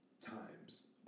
times